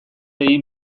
egin